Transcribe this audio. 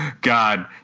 God